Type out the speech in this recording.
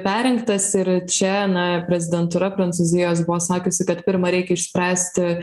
perrinktas ir čia na prezidentūra prancūzijos buvo sakiusi kad pirma reikia išspręsti